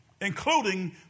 including